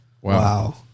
Wow